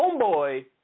Homeboy